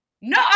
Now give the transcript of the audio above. no